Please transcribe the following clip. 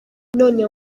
none